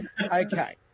okay